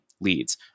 leads